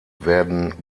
werden